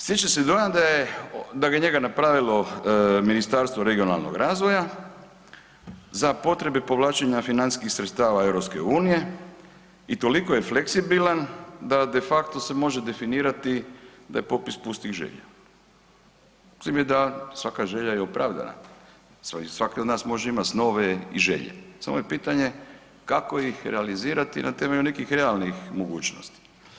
Stječe se dojam da je njega napravilo Ministarstvo regionalnog razvoja za potrebe povlačenja financijskih sredstava EU i toliko je fleksibilan da de facto se može definirati da je popis pustih želja s time da svaka želja je opravdana, svaki od nas može imati snove i želje, samo je pitanje kako ih realizirati na temelju nekih realnih mogućnosti.